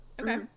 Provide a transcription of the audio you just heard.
Okay